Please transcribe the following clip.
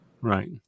Right